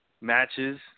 matches